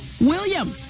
William